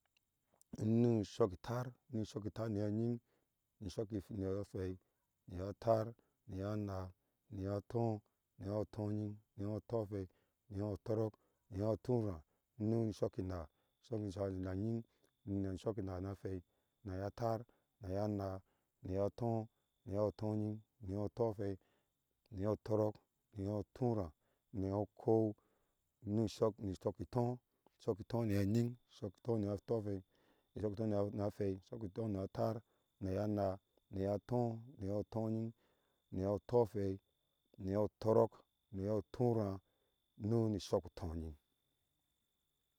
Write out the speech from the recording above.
Uŋu shɔki táár ishɔki ŋiyɔɔ ŋying nɨ shɔki hwei ŋiyɔɔ hwei ŋiyɔɔ táá ŋiyɔɔ ŋaa ŋiyɔɔ tɔɔ ŋiyɔɔtɔnying ŋiyɔɔ tohwei tɔrɔɔk ŋiyɔɔ turáá uŋu ŋiyɔɔ turáá uŋi nɨ shɔki ŋaa ŋiyɔɔ ŋying shɔki ŋáá ŋiyɔɔ hwei ŋiyɔɔ táár ŋiyɔɔ ŋas ŋiyɔɔ tɔɔ ŋiyɔɔ tɔŋying ŋiyɔɔ tohwei ŋiyɔɔ toɔrɔɔk ŋiyɔɔ turáá ŋiyɔɔ ukɔɔu uŋu ishɔk shɔki tɔɔ shɔki tɔɔ ŋiyɔɔ ŋying shɔki tɔɔ ŋiyɔɔ tɔhwei ishɔki tɔɔ ŋa hwei shɔki tɔɔ ŋiyɔɔ taar ŋiyɔɔ ŋáá ŋiyɔɔ tɔɔ ŋiyɔɔ tɔnying ŋiyɔɔ tɔhwei ŋiyɔɔ tɔrɔɔk ŋiyɔɔ turáá uŋu ŋi shɔki tɔŋying.